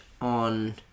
on